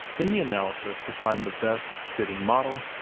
in the analysis to find the best fitting model.